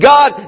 God